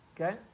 Okay